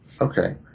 Okay